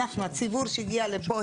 אנחנו הציבור שהגיע לפה,